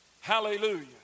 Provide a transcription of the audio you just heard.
Hallelujah